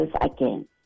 again